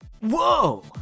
Whoa